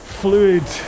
fluid